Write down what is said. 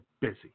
busy